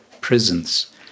prisons